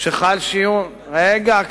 שחל שינוי, העדר תקציב לא, רגע.